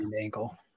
ankle